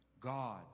God